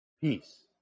Peace